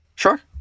Sure